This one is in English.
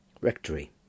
Rectory